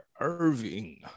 irving